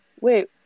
Wait